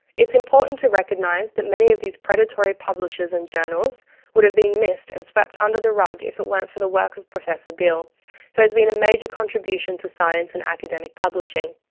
it's important to recognise that many of these predatory publishers and journals would have been missed and swept under the rug if it weren't for the work of prof beall who has been a major contribution to science and academic publishing.